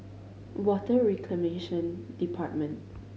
Water Reclamation Department